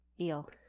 eel